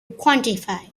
quantify